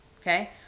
okay